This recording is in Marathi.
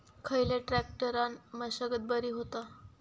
खयल्या ट्रॅक्टरान मशागत बरी होता?